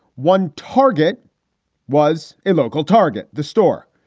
one target was a local target, the store.